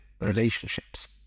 relationships